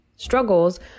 struggles